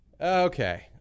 Okay